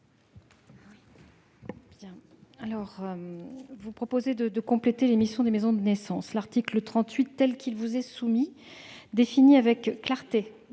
Vous proposez de compléter les missions des maisons de naissance. L'article 30, tel qu'il vous est soumis, définit avec clarté